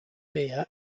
beer